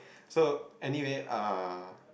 so anyway uh